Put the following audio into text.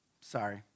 sorry